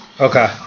Okay